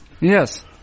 Yes